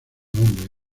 nombre